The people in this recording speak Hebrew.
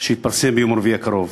במדינת ישראל, שיתפרסם ביום רביעי הקרוב.